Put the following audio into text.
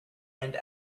and